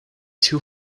two